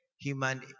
human